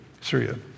Syria